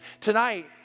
Tonight